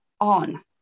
on